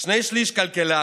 שני שלישים כלכלן,